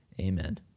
Amen